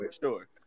sure